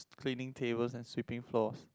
cleaning tables and sweeping floors